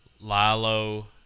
lilo